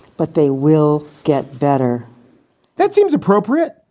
but they will get better that seems appropriate,